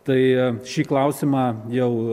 tai šį klausimą jau